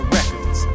Records